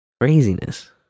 craziness